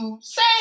Say